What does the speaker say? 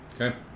Okay